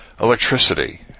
electricity